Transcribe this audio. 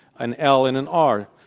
an l and an r,